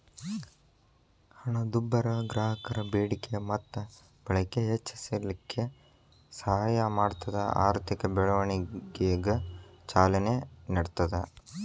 ಹಣದುಬ್ಬರ ಗ್ರಾಹಕರ ಬೇಡಿಕೆ ಮತ್ತ ಬಳಕೆ ಹೆಚ್ಚಿಸಲಿಕ್ಕೆ ಸಹಾಯ ಮಾಡ್ತದ ಆರ್ಥಿಕ ಬೆಳವಣಿಗೆಗ ಚಾಲನೆ ನೇಡ್ತದ